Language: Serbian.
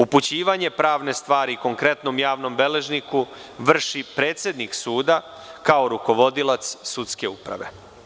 Upućivanje pravne stvari konkretnom javnom beležniku vrši predsednik suda kao rukovodilac sudske uprave.